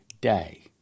day